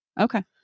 Okay